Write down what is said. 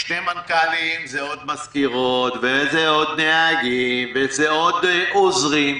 שני מנכ"לים זה עוד מזכירות וזה עוד נהגים וזה עוד עוזרים,